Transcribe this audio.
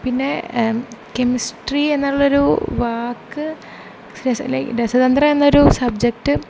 പിന്നെ കെമിസ്ട്രി എന്നുള്ളൊരു വാക്ക് രസ രസതന്ത്രമെന്നൊരു സബ്ജക്റ്റ്